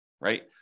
right